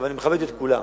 אני מכבד את כולם.